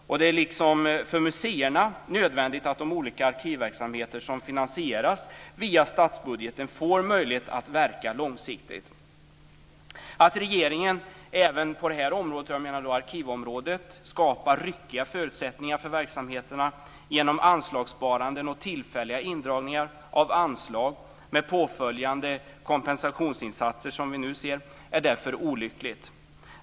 För museerna är det nödvändigt att de olika arkivverksamheter som finansieras via statsbudgeten får möjlighet att verka långsiktigt. Att regeringen även på arkivområdet skapar ryckighet vad gäller förutsättningarna för verksamheterna genom anslagssparande och tillfälliga indragningar av anslag - med följande kompensationsinsatser, som vi nu ser - är därför olyckligt.